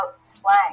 slang